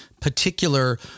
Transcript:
particular